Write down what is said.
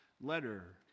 letter